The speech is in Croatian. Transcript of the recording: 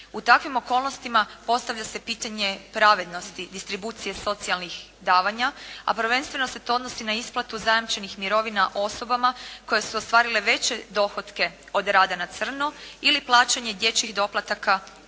U takvim okolnostima postavlja se pitanje pravednosti, distribucije socijalnih davanja a prvenstveno se to odnosi na isplatu zajamčenih mirovina osobama koje su ostvarile veće dohotke od rada na crno ili plaćanja dječjih doplataka roditeljima